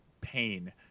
pain